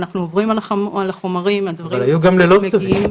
אנחנו עוברים על החומרים --- היו גם ללא צווים.